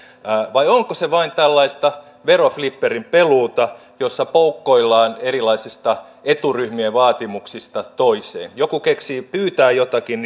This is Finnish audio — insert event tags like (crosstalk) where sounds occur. vai onko se vain tällaista veroflipperin peluuta jossa poukkoillaan erilaisista eturyhmien vaatimuksista toiseen kun joku keksii pyytää jotakin (unintelligible)